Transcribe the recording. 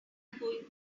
going